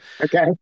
Okay